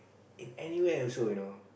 it anywhere also you know